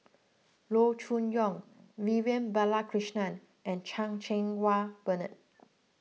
Loo Choon Yong Vivian Balakrishnan and Chan Cheng Wah Bernard